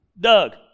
Doug